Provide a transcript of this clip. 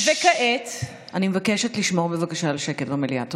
אני מבקשת לשמור על השקט במליאה.